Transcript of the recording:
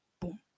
boom